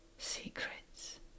secrets